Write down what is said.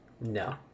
No